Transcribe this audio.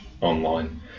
online